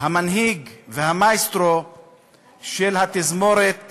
המנהיג והמאסטרו של תזמורת